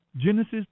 Genesis